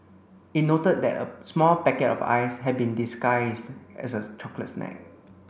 it noted that a small packet of ice had been disguised as a chocolate snack